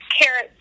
carrots